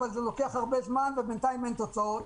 אבל זה לוקח הרבה זמן ובינתיים אין תוצאות.